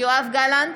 יואב גלנט,